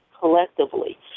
collectively